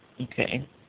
Okay